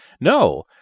no